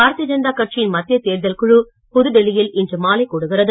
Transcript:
பாரதீய ஜனதா கட்சியின் மத்திய தேர்தல் குழு புதுடெல்லியில் இன்று மாலை கூடுகிறது